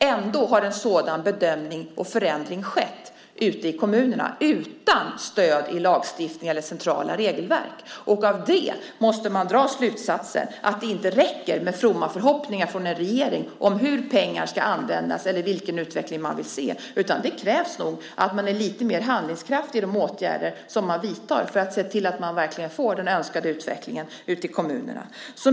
Ändå har en sådan bedömning och förändring skett ute i kommunerna utan stöd i lagstiftning eller centrala regelverk. Av detta måste man dra slutsatsen att det inte räcker med fromma förhoppningar från en regering om hur pengar ska användas eller att tala om vilken utveckling man vill se, utan det krävs nog lite mer handlingskraft i de åtgärder som man vidtar för att verkligen få den önskade utvecklingen ute i kommunerna.